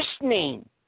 listening